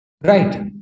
Right